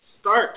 start